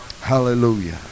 hallelujah